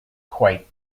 quite